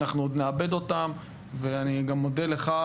ואנחנו עוד נעבד אותם ואני גם מודה לך,